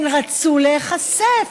רצו להיחשף,